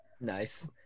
Nice